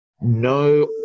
no